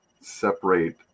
separate